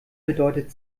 bedeutet